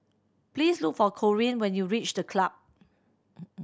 please look for Corine when you reach The Club